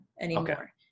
anymore